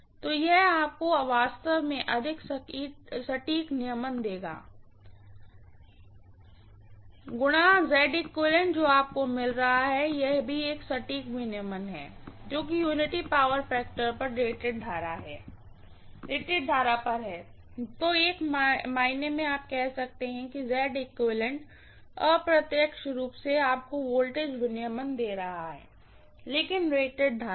तो यह आपको वास्तव में अधिक सटीक नियमन देगा I गुना जो आपको मिल रहा है एक बहुत ही सटीक रेगुलेशन है जो कि यूनिटी पावर फैक्टर पर रेटेड करंट पर है तो एक मायने में आप कह सकते हैं कि अप्रत्यक्ष रूप से आपको वोल्टेज रेगुलेशन दे रहा है लेकिन रेटेड रेटेड करंट पर